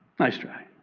nice try.